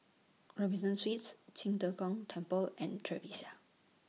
Robinson Suites Qing De Gong Temple and Trevista